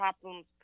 problems